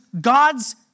God's